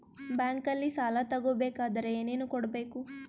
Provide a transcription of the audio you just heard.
ಬ್ಯಾಂಕಲ್ಲಿ ಸಾಲ ತಗೋ ಬೇಕಾದರೆ ಏನೇನು ಕೊಡಬೇಕು?